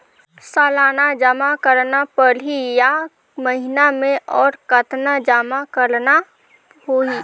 सालाना जमा करना परही या महीना मे और कतना जमा करना होहि?